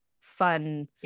fun